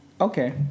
Okay